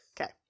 Okay